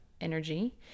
energy